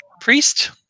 priest